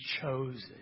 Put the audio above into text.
chosen